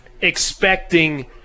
expecting